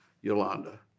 Yolanda